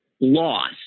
lost